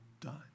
done